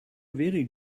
very